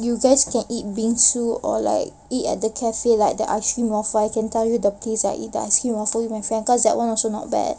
you guys can eat bingsu or like eat at the cafe like the ice-cream waffle I can tell you the place that I eat ice-cream waffle with my friend because that one also not bad